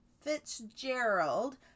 Fitzgerald